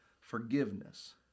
forgiveness